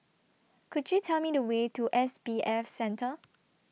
Could YOU Tell Me The Way to S B F Center